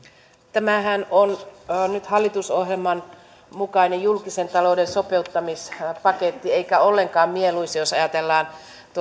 tämähän on nyt hallitusohjelman mukainen julkisen talouden sopeuttamispaketti eikä ollenkaan mieluisa jos ajatellaan